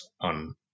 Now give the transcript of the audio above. on